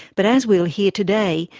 but as we'll hear today,